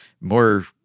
more